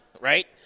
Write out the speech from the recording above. right